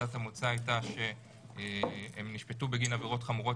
נקודת המוצא הייתה שהם נשפטו בגין עבירות חמורות